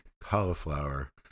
cauliflower